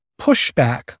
pushback